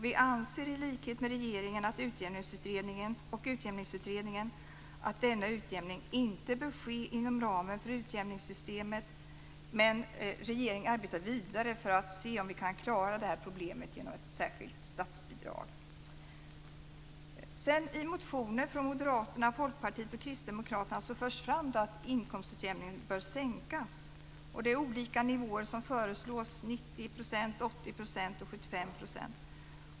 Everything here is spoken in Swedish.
Vi anser i likhet med regeringen och Utjämningsutredningen att denna utjämning inte bör ske inom ramen för utjämningssystemet. Men regeringen arbetar vidare för att se om vi kan klara detta problem med hjälp av ett särskilt statsbidrag. Kristdemokraterna förs fram att inkomstutjämningen bör sänkas. Olika nivåer föreslås, 90 %, 80 % och 75 %.